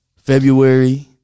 February